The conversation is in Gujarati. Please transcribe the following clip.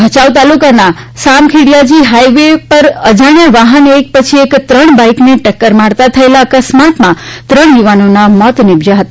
ભયાઉ તાલુકાના સામખિયાળી હાઇવે પર અજાણ્યા વાહને એક પછી એક ત્રણ બાઇકને ટક્કર મારતા થયેલા અકસ્માતમાં ત્રણ યુવાનોના મોત નિપજ્યા હતા